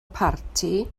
parti